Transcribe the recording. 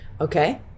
Okay